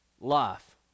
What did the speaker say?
life